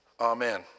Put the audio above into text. Amen